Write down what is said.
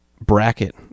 Bracket